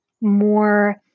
more